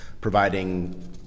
providing